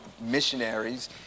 missionaries